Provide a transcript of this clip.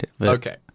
okay